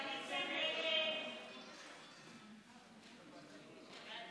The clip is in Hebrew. ההסתייגות (11) של חבר הכנסת